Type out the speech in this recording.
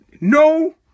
No